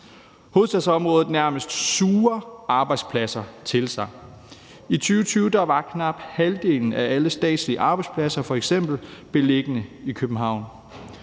Hovedstadsområdet nærmest suger arbejdspladser til sig. I 2020 var knap halvdelen af alle statslige arbejdspladser beliggende i København.